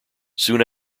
soon